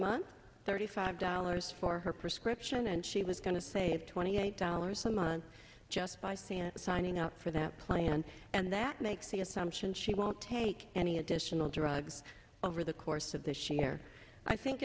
month thirty five dollars for her prescription and she was going to save twenty eight dollars a month just by saying signing up for that plan and that makes the assumption she won't take any additional drugs over the course of this year i think